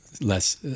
less